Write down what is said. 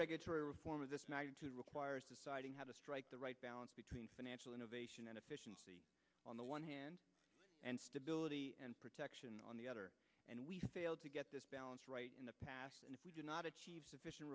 regulatory reform of this magnitude requires deciding how to strike the right balance between financial innovation and efficiency on the one hand and stability and protection on the other and we failed to get this balance right in the past and if we do not achieve sufficient